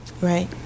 Right